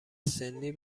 سنی